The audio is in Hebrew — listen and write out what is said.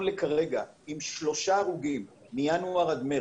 לכרגע עם שלושה הרוגים מינואר עד מרץ.